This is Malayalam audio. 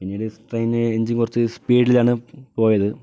പിന്നീട് ട്രെയിനിൻ്റെ എൻജിൻ കുറച്ച് സ്പീഡിലാണ് പോയത്